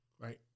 right